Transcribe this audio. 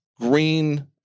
green